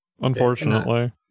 unfortunately